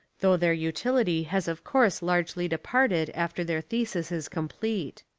though their util ity has of course largely departed after their thesis is complete.